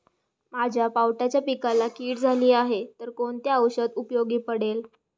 माझ्या पावट्याच्या पिकाला कीड झाली आहे तर कोणते औषध उपयोगी पडेल?